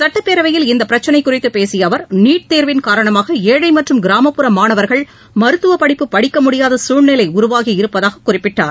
சட்டப்பேரவையில் இந்தப் பிரச்சினை குறித்துப் பேசிய அவர் நீட் தேர்வின் காரணமாக ஏழை மற்றும் கிராமப்புற மாணவர்கள் மருத்துவ படிப்பு படிக்க முடியாத சூழ்நிலை உருவாகியிருப்பதாகக் குறிப்பிட்டார்